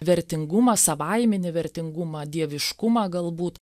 vertingumą savaiminį vertingumą dieviškumą galbūt